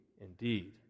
indeed